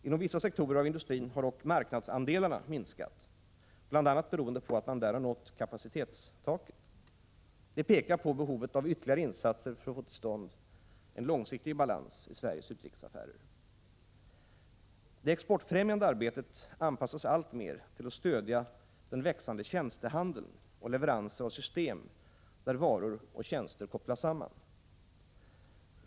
Inom vissa sektorer av industrin har dock marknadsandelarna minskat, bl.a. beroende på att man där har nått kapacitetstaket. Detta pekar på behovet av ytterligare insatser för att få till stånd en långsiktig balans i Sveriges utrikesaffärer. Det exportfrämjande arbetet anpassas alltmer till att stödja den växande tjänstehandeln och leveranser av system där varor och tjänster kopplas samman.